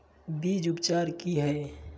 बीज उपचार कि हैय?